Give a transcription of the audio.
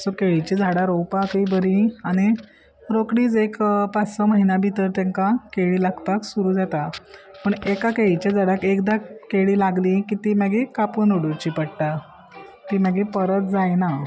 so केळीची झाडां रोवपाकय बरी आनी रोकडीच एक पांच स म्हयन्या भितर तांकां केळी लागपाक सुरू जाता पूण एका केळीच्या झाडाक एकदां केळी लागली की ती मागीर कापून उडोवची पडटा ती मागीर परत जायना